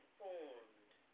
formed